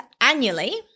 annually